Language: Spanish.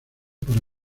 para